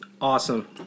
awesome